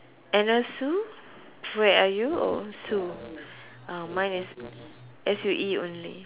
Anna Sue where are you or Sue uh mine is S U E only